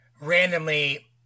randomly